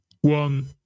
one